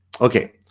Okay